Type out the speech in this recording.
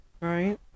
right